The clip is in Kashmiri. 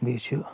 بیٚیہِ چھِ